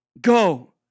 go